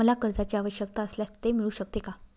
मला कर्जांची आवश्यकता असल्यास ते मिळू शकते का?